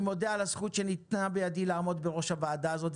אני מודה על הזכות שניתנה בידי לעמוד בראש הוועדה הזאת,